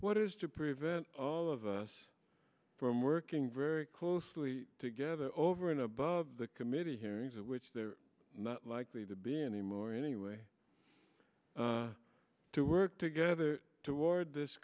what is to prevent all of us from working very closely together over and above the committee hearings which they're not likely to be any more anyway to work together toward this